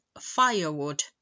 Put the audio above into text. firewood